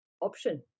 option